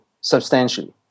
substantially